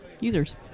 users